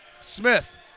Smith